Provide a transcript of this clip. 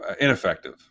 Ineffective